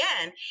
again